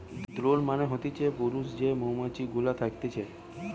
drone মানে হতিছে পুরুষ যে মৌমাছি গুলা থকতিছে